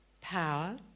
power